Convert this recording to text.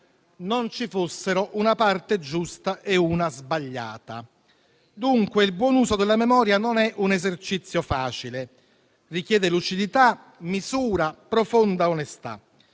non ci fossero una parte giusta e una sbagliata. Dunque, il buon uso della memoria non è un esercizio facile. Richiede lucidità, misura e profonda onestà.